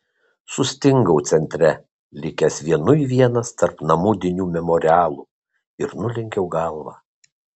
sustingau centre likęs vienui vienas tarp namudinių memorialų ir nulenkiau galvą